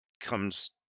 comes